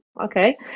okay